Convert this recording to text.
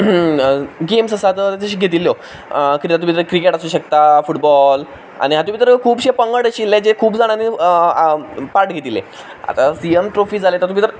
games आसात तशी घेतिल्ल्यो कितें तुमी जर क्रिकेट आसूंक शकता फुटबॉल आनी हातूंत भितर खुबशे पंगड आशिल्ले जे खूब जाणांनी पार्ट घेतिल्ले आतां सी एम ट्रॉफी जाले तातूंत भितर